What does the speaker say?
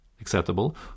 acceptable